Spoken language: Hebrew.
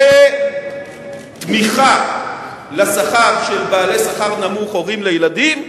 זה תמיכה לשכר של בעלי שכר נמוך הורים לילדים,